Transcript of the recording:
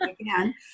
again